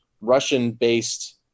Russian-based